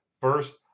first